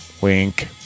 wink